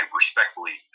respectfully